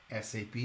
SAP